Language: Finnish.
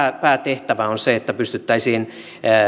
päätehtävä on se että pystyttäisiin